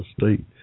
state